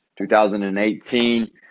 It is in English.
2018